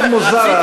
מאוד מוזר הדבר הזה.